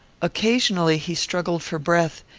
occasionally he struggled for breath,